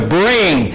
bring